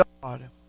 God